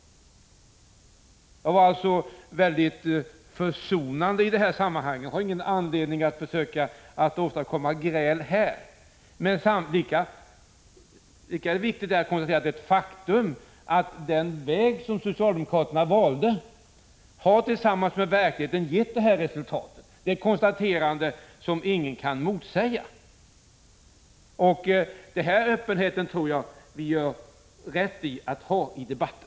Jag var alltså mycket försonande i detta sammanhang - jag har ingen anledning att försöka åstadkomma gräl härvidlag. Men lika viktigt är att konstatera att det är ett faktum att den väg som socialdemokraterna valde i verkligheten har givit det resultat som vi nu ser. Det är ett konstaterande som ingen kan motsäga. Denna öppenhet tror jag att vi gör rätt i att ha i debatten.